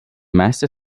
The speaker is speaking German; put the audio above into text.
meiste